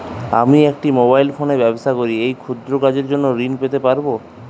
আমি একটি মোবাইল ফোনে ব্যবসা করি এই ক্ষুদ্র কাজের জন্য ঋণ পেতে পারব?